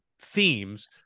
themes